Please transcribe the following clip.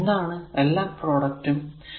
അത് എന്താണ് എല്ലാ പ്രോഡക്റ്റും